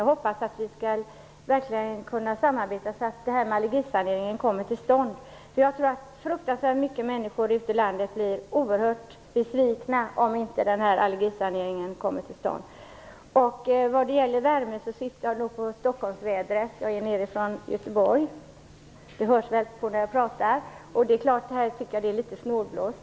Jag hoppas att vi skall kunna samarbeta, så att en allergisanering faktiskt kommer till stånd. Jag tror att fruktansvärt många människor ute i landet blir oerhört besvikna om en allergisanering inte kommer till stånd. När det gäller det jag sade om värmen syftade jag på Stockholmsvädret. Jag är från Göteborg - det hörs väl när jag pratar? Här tycker jag att det är litet snålblåst.